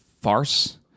farce